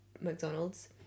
McDonald's